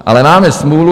Ale máme smůlu.